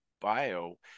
bio